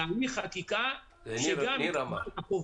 תהליך חקיקה שגם --- בחוק,